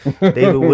David